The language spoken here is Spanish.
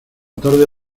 tarde